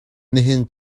nihin